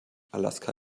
alaska